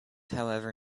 however